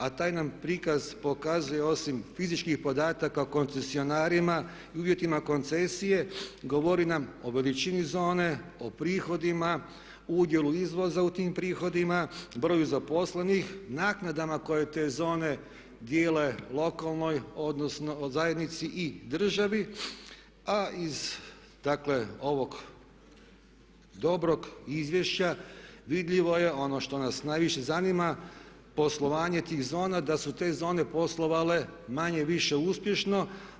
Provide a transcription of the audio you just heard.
A taj nam prikaz pokazuje osim fizičkih podataka koncesionarima i uvjetima koncesije govori nam o veličini zone, o prihodima, udjelu izvoza u tim prihodima, broju zaposlenih, naknadama koje te zone dijele lokalnoj zajednici i državi a iz dakle ovog dobrog izvješća vidljivo je ono što nas najviše zanima poslovanje tih zona, da su te zone poslovale manje-više uspješno.